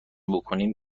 بکنیم